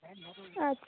আচ্ছা